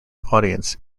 audience